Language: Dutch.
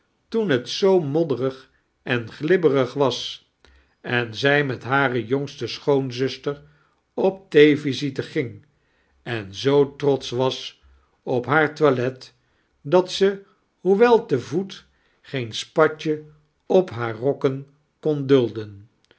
toen het zoo modderig en glibberig was en zij met hare jongste sehoonzuster op theevisite ging en zoo trotsch was op haar toilet dat ze hoewel te voet geen spatje op hare rokken kon dulden